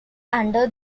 under